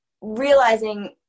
realizing